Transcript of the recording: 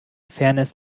fairness